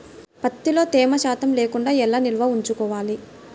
ప్రత్తిలో తేమ శాతం లేకుండా ఎలా నిల్వ ఉంచుకోవాలి?